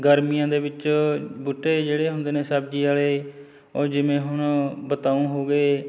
ਗਰਮੀਆਂ ਦੇ ਵਿੱਚ ਬੂਟੇ ਜਿਹੜੇ ਹੁੰਦੇ ਨੇ ਸਬਜ਼ੀ ਵਾਲੇ ਉਹ ਜਿਵੇਂ ਹੁਣ ਬਤਾਊਂ ਹੋ ਗਏ